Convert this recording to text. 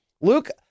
Luke